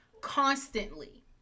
constantly